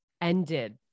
ended